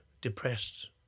depressed